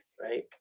right